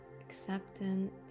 acceptance